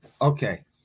Okay